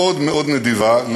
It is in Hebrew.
מאוד מאוד נדיבה,